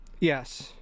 Yes